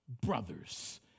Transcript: brothers